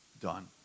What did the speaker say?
done